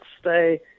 stay